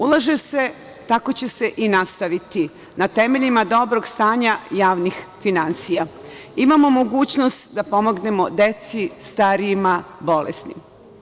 Ulaže se, tako će se i nastaviti, na temeljima dobrog stanja javnih finansija. imamo mogućnost da pomognemo deci, starijima, bolesnima.